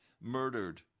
murdered